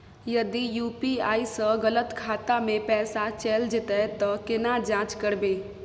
यदि यु.पी.आई स गलत खाता मे पैसा चैल जेतै त केना जाँच करबे?